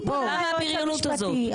אני פונה ליועץ המשפטי,